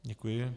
Děkuji.